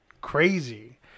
crazy